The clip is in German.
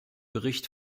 bericht